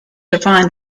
define